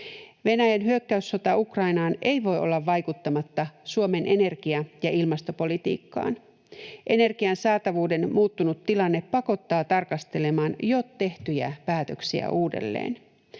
Venäjän hyökkäyssota Ukrainaan ei voi olla vaikuttamatta Suomen energia- ja ilmastopolitiikkaan. Energian saatavuuden muuttunut tilanne pakottaa tarkastelemaan jo tehtyjä päätöksiä uudelleen.